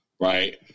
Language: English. Right